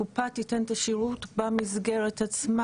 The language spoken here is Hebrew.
הקופה תיתן את השירות במסגרת עצמה?